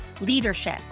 leadership